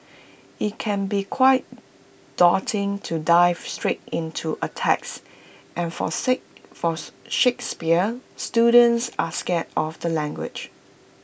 IT can be quite daunting to dive straight into A text and for forth Shakespeare students are scared of the language